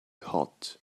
hot